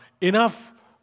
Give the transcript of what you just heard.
enough